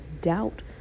doubt